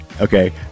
okay